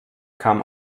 kam